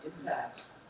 impacts